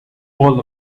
all